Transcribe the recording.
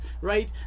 right